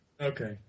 okay